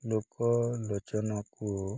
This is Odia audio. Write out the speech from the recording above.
ଲୋକଲୋଚନକୁ